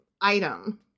item